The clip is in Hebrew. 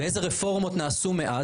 ואיזה רפורמות נעשו מאז,